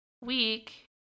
week